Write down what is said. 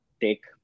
Take